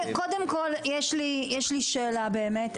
קודם כל יש לי שאלה באמת.